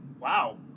wow